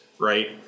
Right